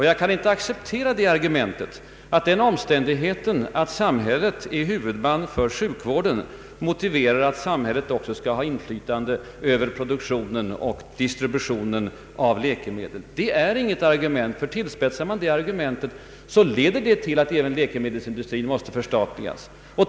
Jag kan inte acceptera argumentet att den omständigheten att samhället är huvudman för sjukvården motiverar att samhället också skall ha inflytande över produktionen och distributionen av läkemedel. Tillspetsar man det argumentet, leder det till att även läkemedelsindustrin måste förstatligas.